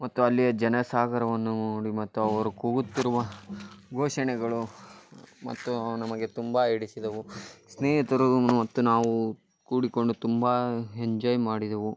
ಮತ್ತು ಅಲ್ಲಿಯ ಜನಸಾಗರವನ್ನು ನೋಡಿ ಮತ್ತು ಅವರು ಕೂಗುತ್ತಿರುವ ಘೋಷಣೆಗಳು ಮತ್ತು ಅವು ನಮಗೆ ತುಂಬ ಹಿಡಿಸಿದವು ಸ್ನೇಹಿತರು ಮತ್ತು ನಾವು ಕೂಡಿಕೊಂಡು ತುಂಬ ಎಂಜಾಯ್ ಮಾಡಿದೆವು